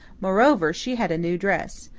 moreover, she had a new dress.